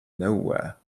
nowhere